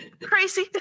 crazy